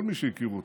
כל מי שהכיר אותו,